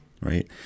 right